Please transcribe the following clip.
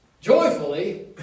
joyfully